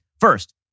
First